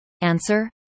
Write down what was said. Answer